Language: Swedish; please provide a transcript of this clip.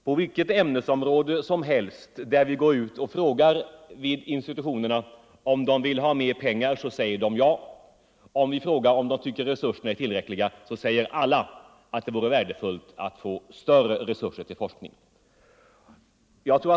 På vilket ämnesområde som helst vid institutionerna där vi går ut och frågar om resurserna är tillräckliga, så svarar man att det vore värdefullt att få större resurser till forskningen.